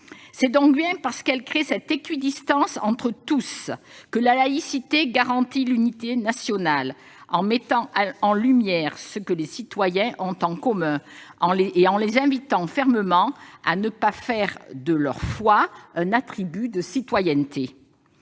C'est donc bien parce qu'elle crée cette équidistance entre tous que la laïcité garantit l'unité nationale en mettant en lumière ce que les citoyens ont en commun et en les invitant fermement à ne pas faire de leur foi un attribut de citoyenneté.